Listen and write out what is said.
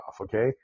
okay